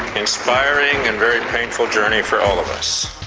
inspiring and very painful journey for all of us.